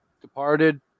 departed